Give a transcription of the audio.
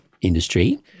industry